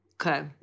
Okay